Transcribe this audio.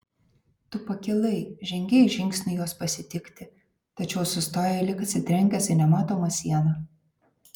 tu pakilai žengei žingsnį jos pasitikti tačiau sustojai lyg atsitrenkęs į nematomą sieną